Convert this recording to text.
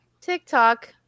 TikTok